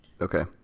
Okay